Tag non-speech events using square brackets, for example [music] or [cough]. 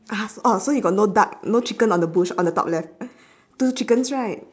[noise] orh so you got no duck no chicken on the bush on the top left [breath] two chickens right